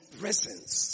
presence